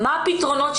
זה מקום וולונטרי,